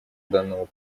данному